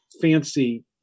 fancy